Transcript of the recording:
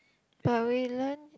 but we learn